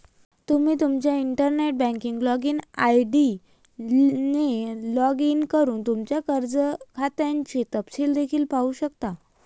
तुम्ही तुमच्या internet banking login ID ने लॉग इन करून तुमच्या कर्ज खात्याचे तपशील देखील पाहू शकता